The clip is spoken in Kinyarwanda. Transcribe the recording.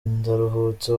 ndaruhutse